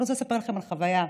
אני רוצה לספר לכם על חוויה.